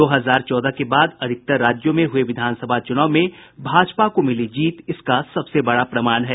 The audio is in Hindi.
दो हजार चौदह के बाद अधिकांश राज्यों में हुए विधानसभा च्रनाव में भाजपा को मिली जीत इसका सबसे बड़ा प्रमाण है